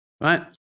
right